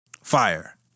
fire